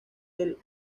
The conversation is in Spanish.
del